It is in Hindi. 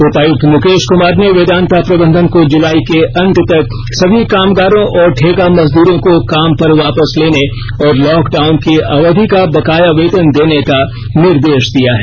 उपायुक्त मुकेश कुमार ने वेदांता प्रबंधन को जुलाई के अंत तक सभी कामगारों और ठेका मजदूरों को काम पर वापस लेने और लॉक डाउन की अवधि का बकाया वेतन देने का निर्देश दिया है